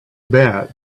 bad